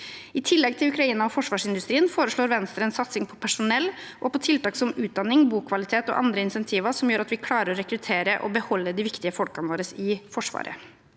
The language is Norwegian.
I tillegg til Ukraina og forsvarsindustrien foreslår Venstre en satsing på personell og på tiltak som utdanning, bokvalitet og andre insentiver som gjør at vi klarer å rekruttere og beholde de viktige folkene våre i Forsvaret.